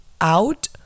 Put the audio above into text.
out